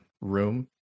room